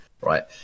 right